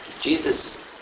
Jesus